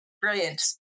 brilliant